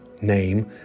name